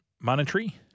Monetary